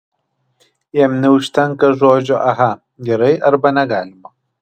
jam neužtenka žodžio aha gerai arba negalima